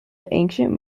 ancient